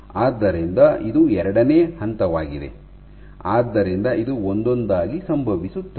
ಆದ್ದರಿಂದ ಇದು ಎರಡನೇ ಹಂತವಾಗಿದೆ ಆದ್ದರಿಂದ ಇದು ಒಂದೊಂದಾಗಿ ಸಂಭವಿಸುತ್ತದೆ